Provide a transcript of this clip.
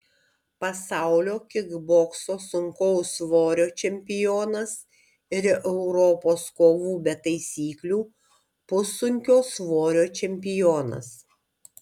pasaulio kikbokso sunkaus svorio čempionas ir europos kovų be taisyklių pussunkio svorio čempionas